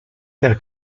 per